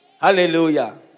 Hallelujah